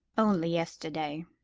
only yesterday.